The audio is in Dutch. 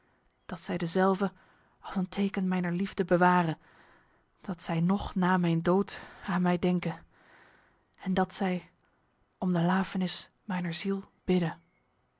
dat zij dezelve als een teken mijner liefde beware dat zij nog na mijn dood aan mij denke en dat zij om de lafenis mijner ziel bidde